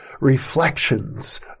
reflections